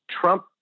Trump